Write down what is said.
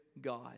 God